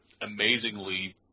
amazingly